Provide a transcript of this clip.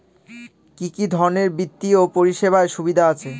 কি কি ধরনের বিত্তীয় পরিষেবার সুবিধা আছে?